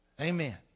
Amen